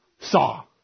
saw